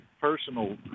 personal